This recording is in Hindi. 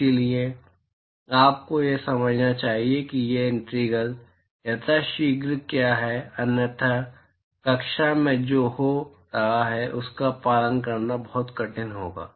इसलिए आपको यह समझना चाहिए कि ये इंटीग्रल्स यथाशीघ्र क्या हैं अन्यथा कक्षा में जो हो रहा है उसका पालन करना बहुत कठिन होगा